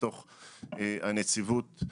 לתוך הנציבות,